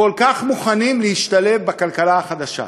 כל כך מוכנים להשתלב בכלכלה החדשה.